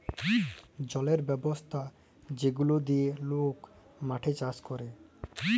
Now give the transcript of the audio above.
জলের ব্যবস্থা যেগলা দিঁয়ে লক মাঠে চাষ ক্যরে